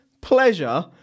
pleasure